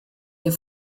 ihr